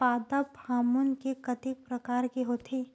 पादप हामोन के कतेक प्रकार के होथे?